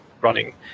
running